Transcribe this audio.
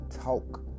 talk